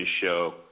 show